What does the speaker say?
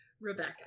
Rebecca